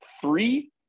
three